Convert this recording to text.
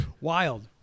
wild